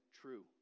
true